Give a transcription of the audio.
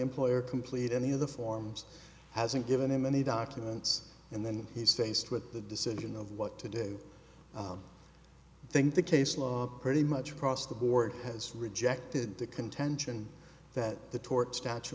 employer complete any of the forms hasn't given him any documents and then he's faced with the decision of what to do i don't think the case law pretty much across the board has rejected the contention that the tort statu